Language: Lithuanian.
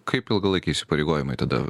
kaip ilgalaikiai įsipareigojimai tada